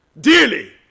dearly